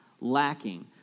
lacking